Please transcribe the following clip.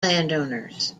landowners